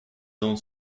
ondes